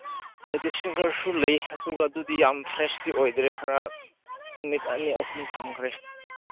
ladies ꯐꯤꯡꯒꯔꯁꯨ ꯂꯩ ꯑꯗꯨꯒ ꯑꯗꯨꯗꯤ ꯌꯥꯝ ꯐ꯭ꯔꯦꯁꯇꯤ ꯑꯣꯏꯗ꯭ꯔꯦ ꯈꯔ ꯅꯨꯃꯤꯠ ꯑꯅꯤ ꯑꯍꯨꯝ ꯊꯝꯈ꯭ꯔꯦ